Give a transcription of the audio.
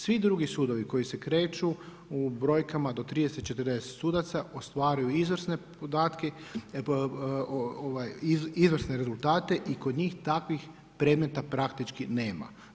Svi drugi sudovi koji se kreću u brojkama do 30, 40 sudaca ostvaruju izvrsne podatke, izvrsne rezultate i kod njih takvih predmeta praktički nema.